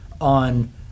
on